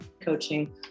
coaching